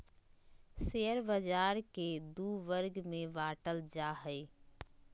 share बाज़ार के दू वर्ग में बांटल जा हइ